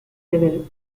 level